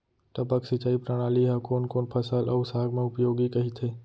टपक सिंचाई प्रणाली ह कोन कोन फसल अऊ साग म उपयोगी कहिथे?